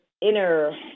inner